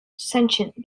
sentient